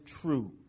true